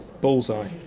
Bullseye